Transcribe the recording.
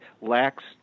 lacks